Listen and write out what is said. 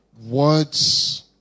words